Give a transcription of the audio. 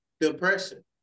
depression